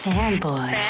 Fanboy